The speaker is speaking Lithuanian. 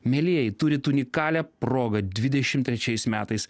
mielieji turit unikalią progą dvidešimt trečiais metais